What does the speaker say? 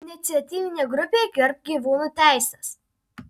iniciatyvinė grupė gerbk gyvūnų teises